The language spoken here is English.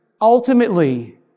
ultimately